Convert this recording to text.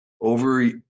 over